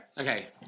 Okay